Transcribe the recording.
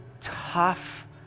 tough